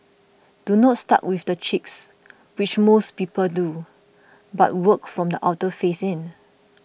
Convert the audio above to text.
do not start with the cheeks which most people do but work from the outer face in